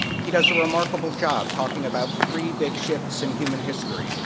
he does a remarkable job talking about three big shifts in human history,